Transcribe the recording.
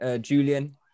Julian